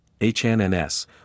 HNNS